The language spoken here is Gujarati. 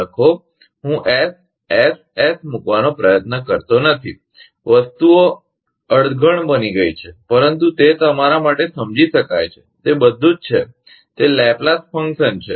લખો હું S S S - S - S મૂકવાનો પ્રયત્ન કરતો નથી વસ્તુઓ અણઘડ બની જાય છે પરંતુ તે તમારા માટે સમજી શકાય છે કે તે બધુ જ છે તે લેપલાસ ફંકશન છે